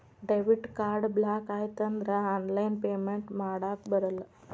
debit card block ಆಯ್ತಂದ್ರ online payment ಮಾಡಾಕಬರಲ್ಲ